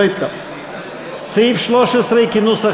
כנוסח